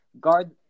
guard